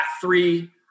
three